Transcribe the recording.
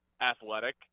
athletic